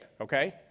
okay